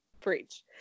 preach